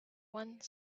one